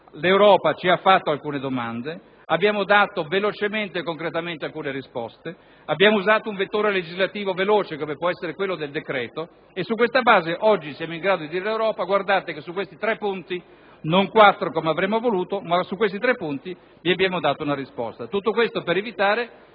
L'Europa ci ha fatto alcune domande, abbiamo dato velocemente e concretamente alcune risposte, abbiamo usato un vettore legislativo veloce come può essere quello del decreto-legge e su questa base oggi siamo in grado di dire all'Europa che su questi tre punti (non quattro come avremmo voluto) abbiamo dato una risposta. Tutto questo per evitare